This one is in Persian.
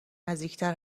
نزدیکتر